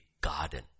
garden